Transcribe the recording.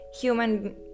human